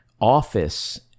office—